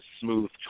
smooth